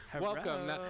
Welcome